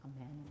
Amen